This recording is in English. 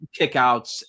kickouts